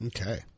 Okay